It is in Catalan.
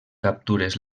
captures